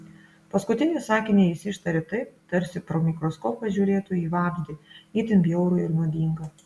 paskutinį sakinį jis ištarė taip tarsi pro mikroskopą žiūrėtų į vabzdį itin bjaurų ir nuodingą